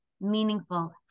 meaningful